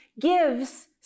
gives